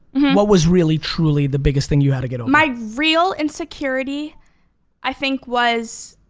what was really truly the biggest thing you had to get over? my real insecurity i think was